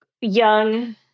young